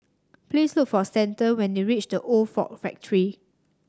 please look for Stanton when you reach The Old Ford Factory